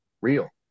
real